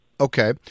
Okay